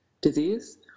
disease